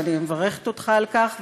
אני מברכת אותך על כך.